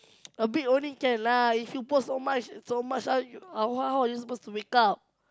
a bit only can lah if you put so much so much how how are you supposed to wake up